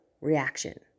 reaction